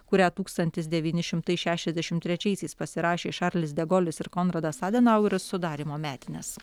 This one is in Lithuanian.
kurią tūkstantis devyni šimtai šešiasdešimt trečiaisiais pasirašė šarlis degolis ir konradas adenaueris sudarymo metines